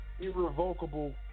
Irrevocable